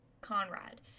Conrad